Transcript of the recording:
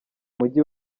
mujyi